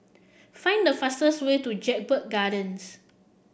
find the fastest way to Jedburgh Gardens